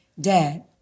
dad